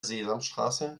sesamstraße